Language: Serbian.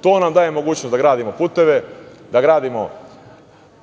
To nam daje mogućnost da gradimo puteve, da gradimo